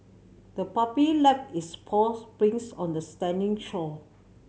the puppy left its paw prints on the sandy shore